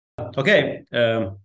okay